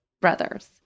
brothers